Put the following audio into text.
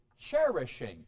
cherishing